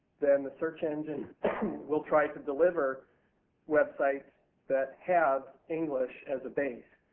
then the search engine will try to deliver websites that have english as a base.